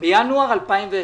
מינואר 2020